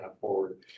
forward